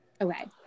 Okay